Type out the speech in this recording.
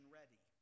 ready